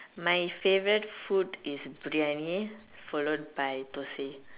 my favorite food is Biryani followed by dosai